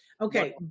Okay